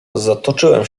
zatoczyłem